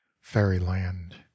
fairyland